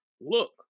look